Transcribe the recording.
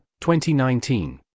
2019